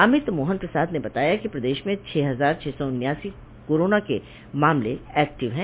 अमित मोहन प्रसाद ने बताया कि प्रदेश में छह हजार छह सौ उन्यासी कोरोना के मामले ऐक्टिव हैं